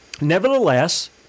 Nevertheless